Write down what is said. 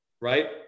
right